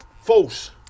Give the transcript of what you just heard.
False